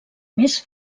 més